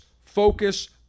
focus